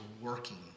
working